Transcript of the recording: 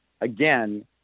again